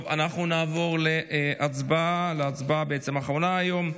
אנחנו נעבור להצבעה האחרונה היום,